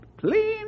clean